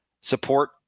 support